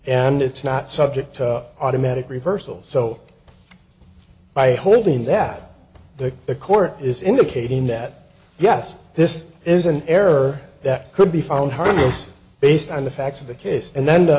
and it's not subject to automatic reversal so by holding that up the court is indicating that yes this is an error that could be found her based on the facts of the case and then th